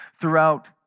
throughout